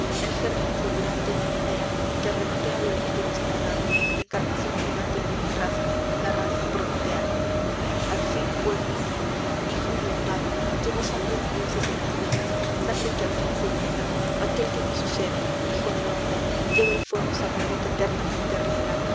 el gérmen fulgurante de la idea que arrebaté al olimpo despiadado la encar'nacion jigante de mi raza la raza prometeana al fin puedo morir ijo de urano llevo sangre de dioses en las venas sangre que al fin se hiela quel que me sucede hijo del hombre lleva el fuego sagrado que eternamente riela